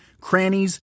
crannies